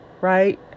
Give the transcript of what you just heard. right